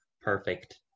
perfect